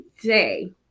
today